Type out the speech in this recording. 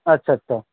আচ্ছা আচ্ছা